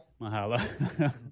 Mahalo